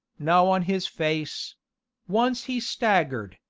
now on his face once he staggered,